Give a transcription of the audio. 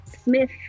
Smith